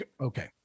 Okay